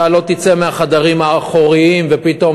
אתה לא תצא מהחדרים האחוריים ופתאום